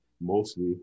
mostly